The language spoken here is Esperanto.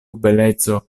beleco